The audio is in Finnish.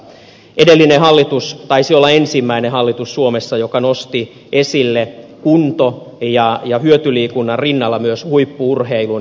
edellinen hallitus taisi olla ensimmäinen hallitus suomessa joka nosti esille kunto ja hyötyliikunnan rinnalla myös huippu urheilun